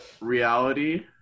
reality